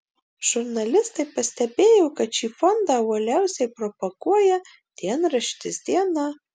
žurnalistai pastebėjo kad šį fondą uoliausiai propaguoja dienraštis diena